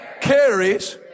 carries